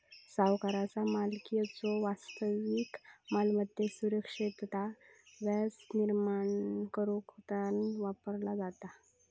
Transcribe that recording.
सावकाराचा मालकीच्यो वास्तविक मालमत्तेत सुरक्षितता व्याज निर्माण करुक तारण वापरला जाता